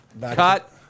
Cut